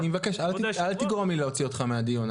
אלעד, אני מבקש, אל תגרום לי להוציא אותך מהדיון.